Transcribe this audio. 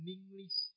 English